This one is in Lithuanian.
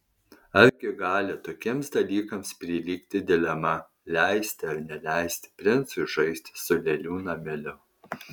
argi gali tokiems dalykams prilygti dilema leisti ar neleisti princui žaisti su lėlių nameliu